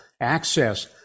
access